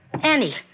Annie